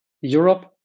Europe